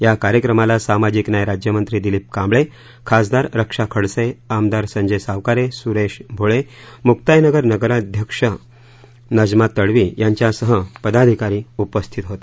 या कार्यक्रमाला सामाजिक न्याय राज्यमंत्री दिलीप कांबळे खासदार रक्षा खडसे आमदार संजय सावकारे सुरेश भोळे मुक्ताईनगर नगराध्यक्ष नजमा तडवी यांच्यासह पदाधिकारी उपस्थित होते